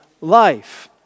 life